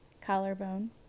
Collarbone